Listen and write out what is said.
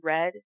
Red